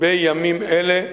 בימים אלה.